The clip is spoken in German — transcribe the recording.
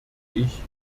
ich